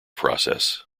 process